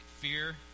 fear